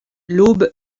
l’aube